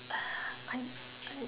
I I